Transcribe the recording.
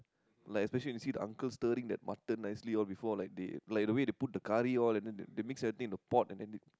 like especially when you see the uncle stirring that mutton nicely all before like they like the way they put the curry all and then they they mix everything in the pot and then they